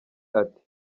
ati